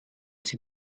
sie